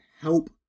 help